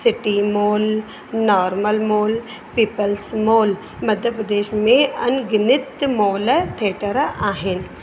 city mall normal mall people's mall Madhya Pradesh में अनगिनत mall theatre आहिनि